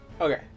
okay